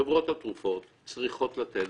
חברות התרופות צריכות לתת,